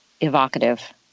evocative